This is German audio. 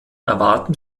erwarten